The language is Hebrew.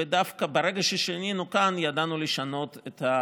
ודווקא ברגע ששינינו כאן ידענו לשנות גם